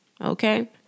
Okay